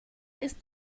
ist